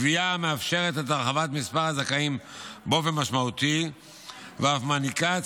הקביעה מאפשרת את הרחבת מספר הזכאים באופן משמעותי ואף מעניקה את